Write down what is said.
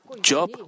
Job